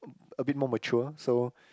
a bit more mature so